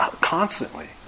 Constantly